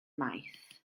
maith